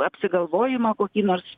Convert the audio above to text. apsigalvojimo kokį nors